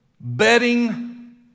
betting